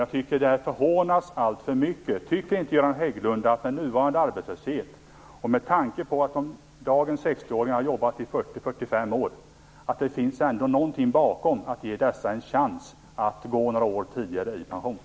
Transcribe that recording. Jag tycker att den idén förhånas alltför mycket. Tycker inte Göran Hägglund att det med nuvarande arbetslöshet och med tanke på att dagens 60-åringar har jobbat i 40-45 år ligger något i att ge dessa en chans att gå i pension några år tidigare?